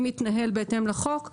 מתנהל בהתאם לחוק.